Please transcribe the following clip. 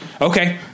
Okay